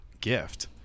gift